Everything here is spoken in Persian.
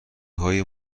های